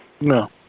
No